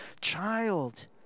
Child